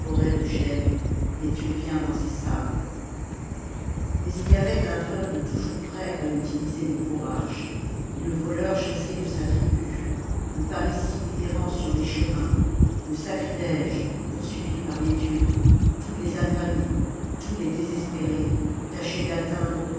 de chênes l'ethiopien dans ses sables mais il y avait un peuple toujours prêt à utiliser les courages et le voleur chassé de sa tribu le parricide errant sur les chemins le sacrilège poursuivi par les dieux tous les affamés tous les désespérés tâchaient d'atteindre